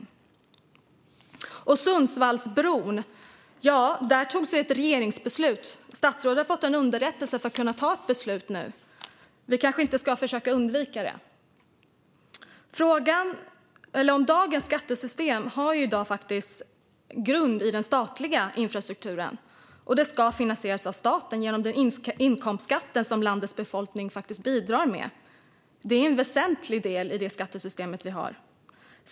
När det gäller Sundsvallsbron togs ett regeringsbeslut. Statsrådet har fått en underrättelse för att kunna ta ett beslut nu. Vi kanske inte ska försöka undvika det. Dagens skattesystem har grund i den statliga infrastrukturen, och det ska finansieras av staten genom inkomstskatten som landets befolkning faktiskt bidrar med. Det är en väsentlig del i det skattesystem vi har.